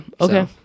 okay